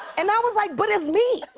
and i was like, but it's me.